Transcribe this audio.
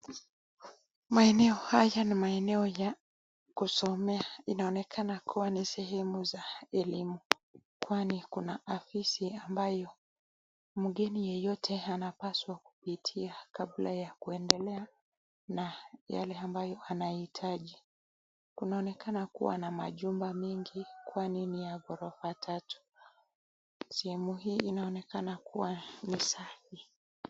Maeneo haya ni maeneo ya kusomea. Inaonekana kuwa ni sehemu za elimu kwani kuna afisi ambayo mgeni yeyote anapaswa kupitia kabla ya kuendelea na yale ambayo anayahitaji. Kunaonekana kuwa na majumba mengi kwani ni ya ghorofa tatu. Sehemu hii inaonekana kuwa ni safi .